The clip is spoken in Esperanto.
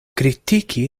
kritiki